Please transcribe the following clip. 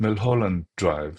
מלהולנד דרייב